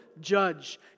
judge